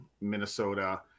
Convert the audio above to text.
Minnesota